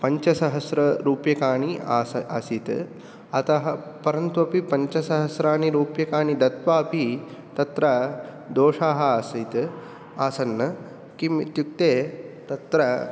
पञ्चसहस्ररूप्यकाणि आस् आसीत् अतः परन्तु अपि पञ्चसहस्राणि रूप्यकाणि दत्त्वा अपि तत्र दोषाः आसीत् आसन् किम् इत्युक्ते तत्र